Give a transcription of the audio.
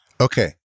Okay